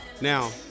Now